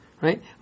right